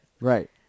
Right